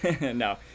No